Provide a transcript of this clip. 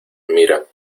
mira